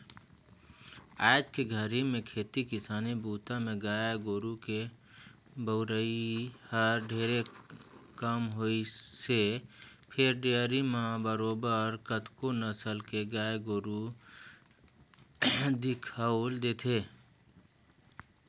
आयज के घरी में खेती किसानी बूता में गाय गोरु के बउरई हर ढेरे कम होइसे फेर डेयरी म बरोबर कतको नसल के गाय गोरु दिखउल देथे